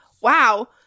wow